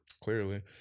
Clearly